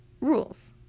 rules